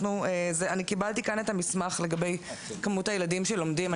קיבלתי כאן את המסמך לגבי מספר הילדים שלומדים.